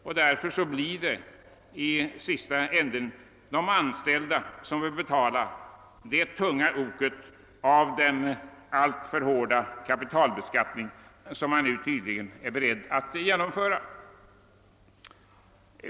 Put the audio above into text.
Det blir sålunda de anställda som i sista hand får bära den tunga bördan av den hårda beskattning av kapitalet som man nu tydligen är beredd att genomföra.